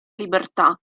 libertà